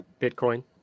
Bitcoin